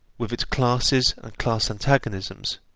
with its classes and class antagonisms,